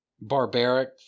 barbaric